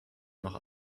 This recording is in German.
noch